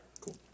cool